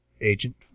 Agent